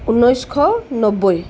ঊনৈছশ নব্বৈ